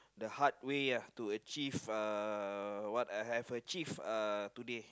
the hard way uh to achieve uh what I have achieve uh today